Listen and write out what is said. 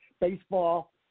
baseball